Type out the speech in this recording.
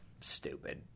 stupid